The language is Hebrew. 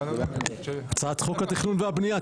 הצעת חוק התכנון והבניה,